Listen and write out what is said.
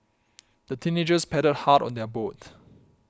the teenagers paddled hard on their boat